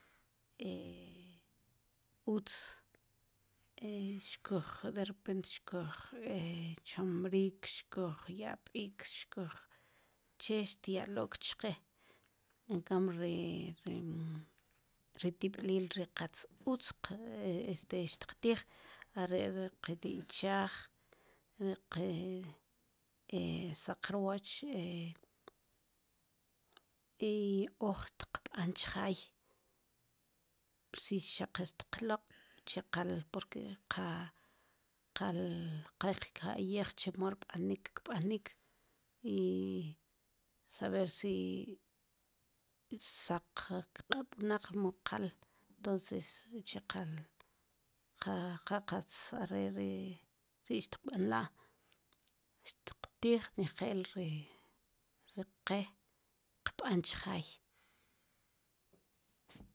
utz e xkuj derepent xkuj e xkochmrij xkuj yab'rik xkuj che xtyalok chqe encamb ri ri ri tib'lil ri qatz utz xtiqtij are' ri kinichaaj ri ke e saqrwoch i uj tiqb'an chjaay psi xaq qatz lab' chiqal porque qa qal qa qka'yij chemo rb'anik kb'anik i saber si saq kq'ab' wnaq mu qal entonces uche qal qa qatz are' ri ri xtqb'anla' xtqtij nejel ri ri qe qb'an chjaay